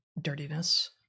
dirtiness